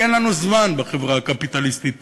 כי אין לנו זמן בחברה הקפיטליסטית